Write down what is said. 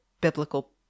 biblical